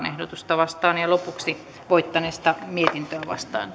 ehdotusta vastaan ja lopuksi voittaneesta mietintöä vastaan